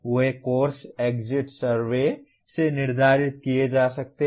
वे course exit survey से निर्धारित किए जा सकते हैं